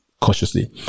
cautiously